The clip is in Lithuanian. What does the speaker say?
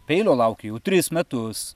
peilio lauki jau tris metus